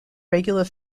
regular